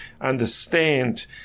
understand